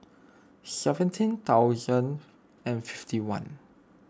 seventeen thousand and fifty one